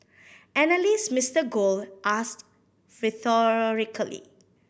analyst Mister Gold asked rhetorically